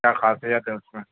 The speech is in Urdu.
کیا خاصیت ہے اس میں